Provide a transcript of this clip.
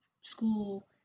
school